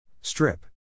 Strip